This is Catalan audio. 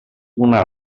una